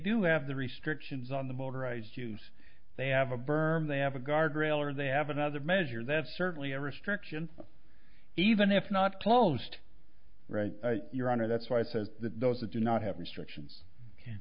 do have the restrictions on the motorized use they have a berm they have a guardrail or they have another measure that's certainly a restriction even if not post right your honor that's why i said that those that do not have restrictions ok